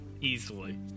easily